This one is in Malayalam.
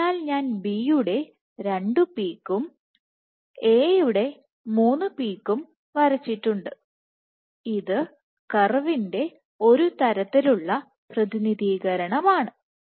അതിനാൽ ഞാൻ B യുടെ 2 പീക്കും A യുടെ 3 പീക്കും വരച്ചിട്ടുണ്ട് ഇത് പ്രതിനിധികരിക്കുന്ന ഒരു കർവ് ആണ്